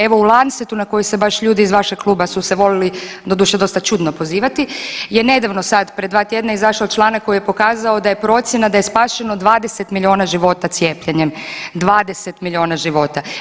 Evo u Lancetu na koji se baš ljudi iz vašeg kluba su se volili, doduše dosta čudno pozivati, je nedavno sad pred dva tjedna izašao članak koji je pokazao da je procjena da je spašeno 20 milijuna života cijepljenjem, 20 milijuna života.